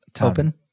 Open